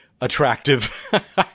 attractive